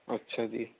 اچھا جی